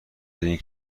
دادین